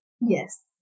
Yes